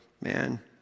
Man